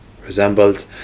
Resembled